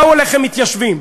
באו אליכם מתיישבים,